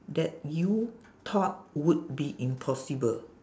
that you thought would be impossible